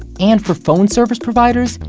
and for phone service providers,